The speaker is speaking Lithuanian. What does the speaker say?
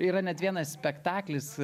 yra net vienas spektaklis